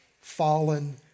fallen